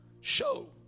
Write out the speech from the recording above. show